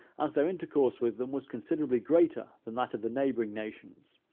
as their intercourse with them was considerably greater than that of the neighboring nations,